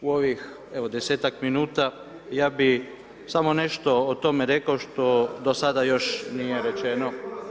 U ovih evo 10-tak minuta ja bih samo nešto o tome rekao što do sada još nije rečeno.